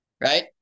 right